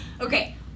Okay